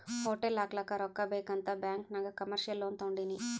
hotel ಹಾಕ್ಲಕ್ ರೊಕ್ಕಾ ಬೇಕ್ ಅಂತ್ ಬ್ಯಾಂಕ್ ನಾಗ್ ಕಮರ್ಶಿಯಲ್ ಲೋನ್ ತೊಂಡಿನಿ